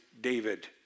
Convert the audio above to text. David